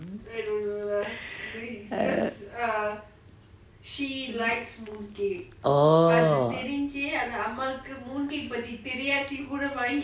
oo